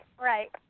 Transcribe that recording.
Right